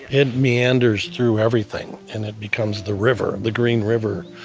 it meanders through everything, and it becomes the river, the green river,